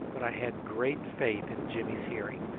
but i had great faith in jimmy's hearing,